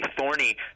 thorny